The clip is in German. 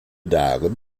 darin